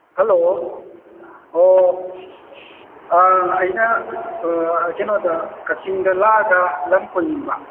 hello ꯑꯣ ꯑꯩꯅ ꯀꯩꯅꯣꯗ ꯀꯛꯆꯤꯡꯗ ꯂꯥꯛꯑꯒ ꯂꯝ ꯀꯣꯏꯅꯤꯡꯕ